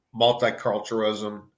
multiculturalism